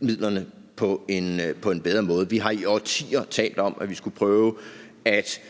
midlerne på en bedre måde. Vi har i årtier talt om, at vi skulle prøve at